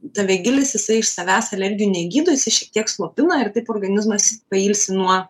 tavegilis jisai iš savęs alergijų negydo jisai šiek tiek slopina ir taip organizmas pailsi nuo